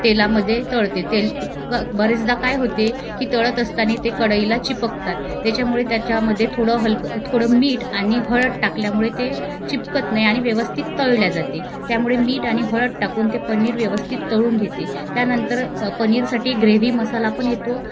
तेलामध्ये तळते तेल क बऱ्याचदा काय होते की तळत असताना ते कढईला चिपकतात त्याच्यामुळे त्याच्यामध्ये थोडं हलकं थोडं मीठ आणि हळद टाकल्यामुळे ते चिपकत नाही आणि व्यवस्थित तळले जाते त्यामुळे मीठ आणि हळद टाकून ते पनीर व्यवस्थित तळून घेते त्यानंतर पनीरसाठी ग्रेव्ही मसाला पण येतो